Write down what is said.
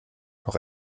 noch